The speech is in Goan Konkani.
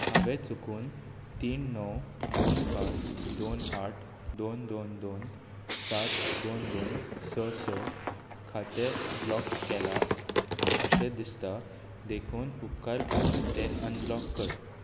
हांवें चुकून तीन णव दोन पाच दोन आठ दोन दोन दोन सात दोन दोन स स खातें ब्लॉक केलां अशें दिसता देखून उपकार करून तें अनब्लॉक कर